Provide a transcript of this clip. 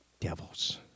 devils